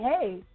hey